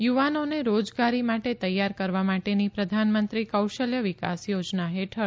યુવાનોને રોજગારી માટે તૈયાર કરવા માટેની પ્રધાનમંત્રી કૌશલ્ય વિકાસ થોજના હેઠળ